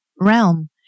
realm